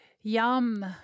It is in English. Yum